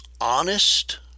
honest